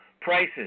prices